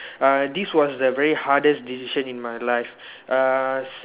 uh this was the very hardest decision in my life uh s~